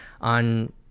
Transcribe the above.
on